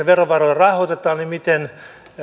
verovaroin rahoitetaan niin miten